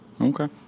Okay